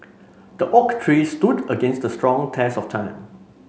the oak tree stood against strong test of time